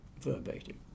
verbatim